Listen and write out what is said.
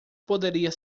poderia